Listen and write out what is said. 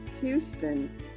Houston